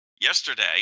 Yesterday